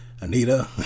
Anita